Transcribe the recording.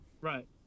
right